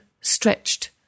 stretched